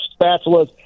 spatulas